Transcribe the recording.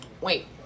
wait